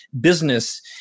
business